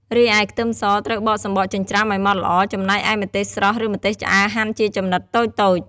រីឯ ខ្ទឹមស ត្រូវបកសំបកចិញ្ច្រាំឲ្យម៉ត់ល្អ ចំណែកឯម្ទេសស្រស់ ឬម្ទេសឆ្អើរហាន់ជាចំណិតតូចៗ។